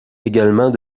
également